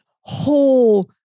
whole